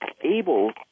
able